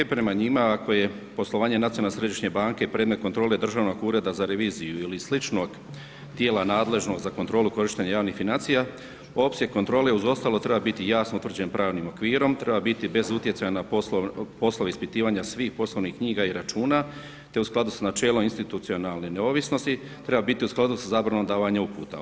Prema njima, ako je poslovanje Nacionalne središnje banke, predmet kontrole Državnog ureda za reviziju ili sličnog dijela nadležnog za kontrolu korištenja javnih financija, opseg kontrole, uz ostalog treba biti jasno utvrđen pravnim okvirom, treba biti bez utjecaja na poslove ispitivanja svih poslovnih knjiga i računa, te u skladu sa načelom institucionalne neovisnosti, treba biti u skladu sa zabranom davanja uputa.